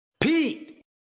Pete